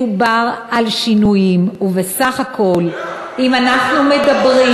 מדובר על שינויים, ובסך הכול, אני יודע.